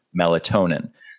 melatonin